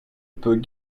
peut